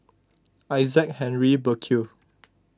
Isaac Henry Burkill